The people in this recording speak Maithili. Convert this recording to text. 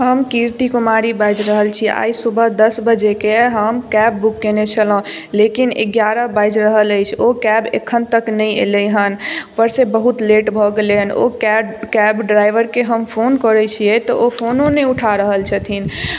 हम कृति कुमारी बाजि रहल छी आइ सुबह दस बजेकेँ हम कैब बुक कयने छलहुँ लेकिन एगारह बाजि रहल अछि ओ कैब एखन तक नहि अयलै हन ऊपर से बहुत लेट भऽ गेलै हन ओ कैब ड्राइवर के हम फोन करै छियै तऽ ओ फोनो नहि उठा रहल छथिन